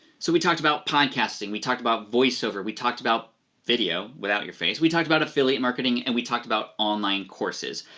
so we talked about podcasting, we talked about voiceover, we talked about video without your face, we talked about affiliate marketing and we talked about online courses.